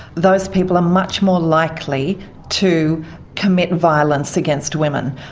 those people are much more likely to commit violence against women.